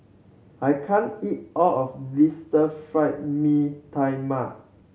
I can't eat all of this Stir Fry Mee Tai Mak